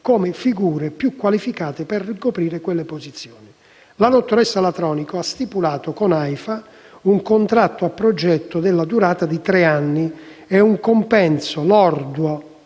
come figure più qualificate a ricoprire tali posizioni. La dottoressa Latronico ha stipulato con l'Aifa un contratto a progetto della durata di tre anni, con un compenso lordo